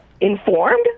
informed